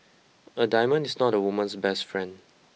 a diamond is not a woman's best friend